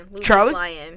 Charlie